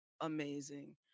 amazing